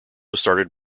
started